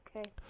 Okay